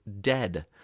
dead